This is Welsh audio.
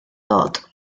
dod